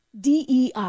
DEI